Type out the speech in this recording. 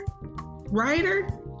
writer